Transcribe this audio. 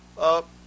up